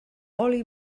oli